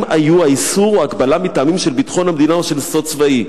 היו האיסור או ההגבלה מטעמים של ביטחון המדינה או של סוד צבאי".